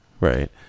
right